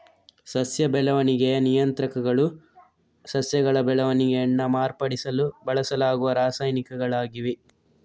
ಸಸ್ಯ ಬೆಳವಣಿಗೆಯ ನಿಯಂತ್ರಕಗಳು ಸಸ್ಯಗಳ ಬೆಳವಣಿಗೆಯನ್ನ ಮಾರ್ಪಡಿಸಲು ಬಳಸಲಾಗುವ ರಾಸಾಯನಿಕಗಳಾಗಿವೆ